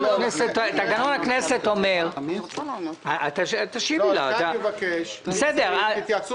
תקנון הכנסת אומר --- אתה תבקש, תתייעצו